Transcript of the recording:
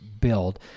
build